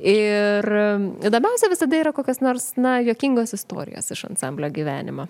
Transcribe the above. ir įdomiausia visada yra kokios nors na juokingos istorijos iš ansamblio gyvenimo